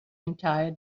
entire